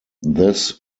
this